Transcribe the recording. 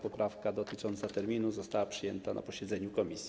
Poprawka dotycząca terminu została przyjęta na posiedzeniu komisji.